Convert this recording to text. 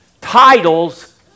titles